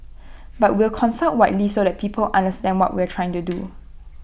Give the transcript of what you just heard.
but we'll consult widely so that people understand what we're trying to do